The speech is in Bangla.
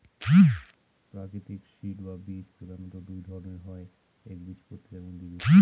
প্রাকৃতিক সিড বা বীজ প্রধানত দুই ধরনের হয় একবীজপত্রী এবং দ্বিবীজপত্রী